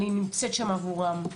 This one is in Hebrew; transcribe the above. אני נמצאת שם עבורם.